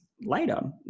later